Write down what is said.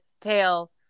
tail